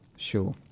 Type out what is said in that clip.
Sure